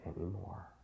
anymore